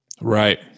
Right